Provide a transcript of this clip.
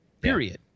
period